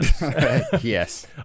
yes